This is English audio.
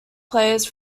players